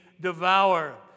devour